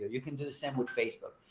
you can do the same with facebook.